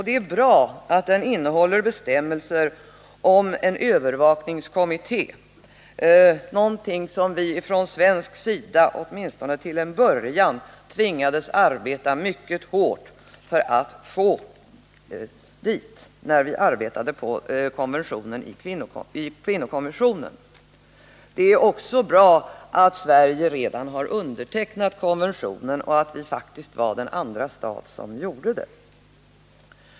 Det är bra att den innehåller bestämmelser om en övervakningskommitté — någonting som vi från svensk sida i kvinnokommissionen åtminstone till en början tvingades arbeta mycket hårt för att få till stånd. Det är också bra att Sverige redan har undertecknat konventionen och att vi faktiskt var den andra stat som gjorde det.